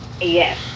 Yes